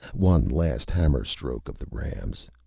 one last hammer-stroke of the rams.